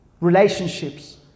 relationships